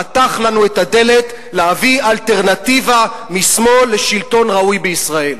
פתח לנו את הדלת להביא אלטרנטיבה משמאל לשלטון ראוי בישראל.